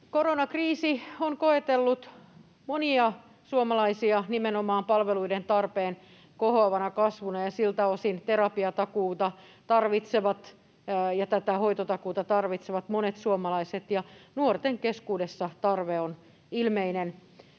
Koronakriisi on koetellut monia suomalaisia nimenomaan palveluiden tarpeen kohoavana kasvuna, ja siltä osin terapiatakuuta ja hoitotakuuta tarvitsevat monet suomalaiset, ja nuorten keskuudessa tarve on ilmeinen.